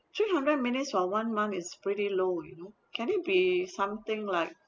three hundred minutes for one month is pretty low you know can it be something like